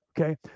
Okay